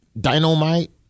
Dynamite